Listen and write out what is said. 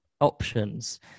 options